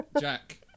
Jack